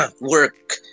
work